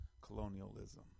colonialism